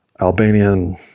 Albanian